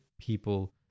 people